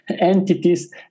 entities